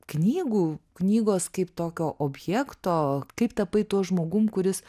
knygų knygos kaip tokio objekto kaip tapai tuo žmogum kuris